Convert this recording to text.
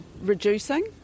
reducing